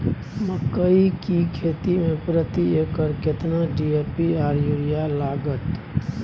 मकई की खेती में प्रति एकर केतना डी.ए.पी आर यूरिया लागत?